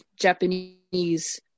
Japanese